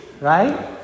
Right